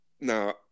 Now